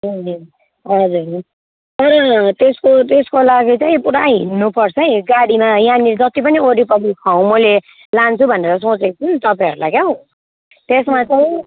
ए हजुर तर त्यसको त्यसको लागि चाहिँ पुरा हिँड्नु पर्छ है गाडीमा यहाँनिर जति पनि वरिपरि ठाउँ मैले लान्छु भनेर सोचेको छु नि तपाईँहरूलाई क्याउ त्यसमा चाहिँ